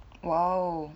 oh